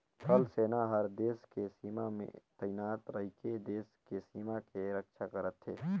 थल सेना हर देस के सीमा में तइनात रहिके देस के सीमा के रक्छा करथे